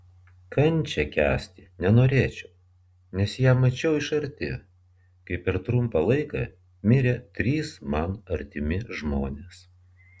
kančią kęsti nenorėčiau nes ją mačiau iš arti kai per trumpą laiką mirė trys man artimi žmonės